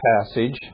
passage